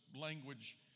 language